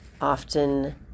often